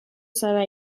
zara